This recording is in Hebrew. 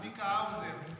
צביקה האוזר,